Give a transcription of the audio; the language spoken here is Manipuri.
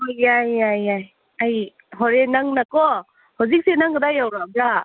ꯍꯣꯏ ꯌꯥꯏ ꯌꯥꯏ ꯌꯥꯏ ꯑꯩ ꯍꯣꯔꯦꯟ ꯅꯪꯅꯀꯣ ꯍꯧꯖꯤꯛꯁꯦ ꯅꯪ ꯀꯗꯥꯏ ꯌꯧꯔꯛꯑꯕ꯭ꯔꯥ